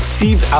Steve